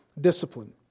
discipline